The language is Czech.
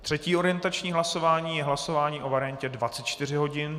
Třetí orientační hlasování je hlasování o variantě 24 hodin.